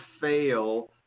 fail